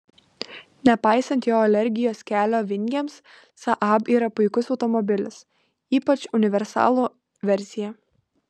nepaisant jo alergijos kelio vingiams saab yra puikus automobilis ypač universalo versija